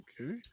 Okay